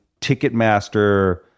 Ticketmaster